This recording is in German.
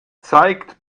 zeigt